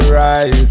right